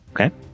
Okay